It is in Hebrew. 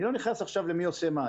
אני לא נכנס עכשיו למי עושה מה.